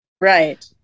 Right